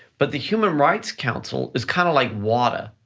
but the human rights council is kinda like wada,